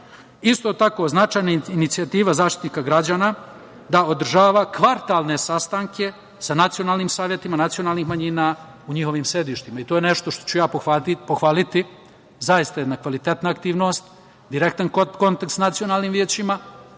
tako, značajna je inicijativa Zaštitnika građana da održava kvartalne sastanke sa nacionalnim savetima nacionalnih manjina u njihovim sedištima i to je nešto što ću ja pohvaliti. Zaista jedna kvalitetna aktivnost, direktan kontakt sa nacionalnim većima,